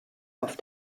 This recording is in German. auf